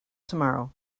tomorrow